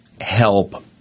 help –